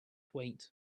weight